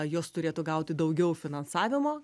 jos turėtų gauti daugiau finansavimo